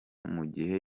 mugihe